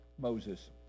Moses